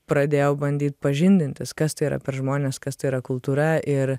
pradėjau bandyt pažindintis kas tai yra per žmonės kas tai yra kultūra ir